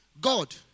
God